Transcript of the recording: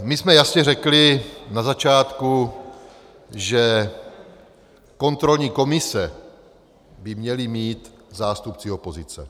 My jsme jasně řekli na začátku, že kontrolní komise by měli mít zástupci opozice.